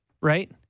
Right